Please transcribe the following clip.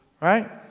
right